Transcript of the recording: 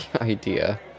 idea